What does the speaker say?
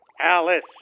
Alice